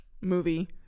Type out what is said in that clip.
movie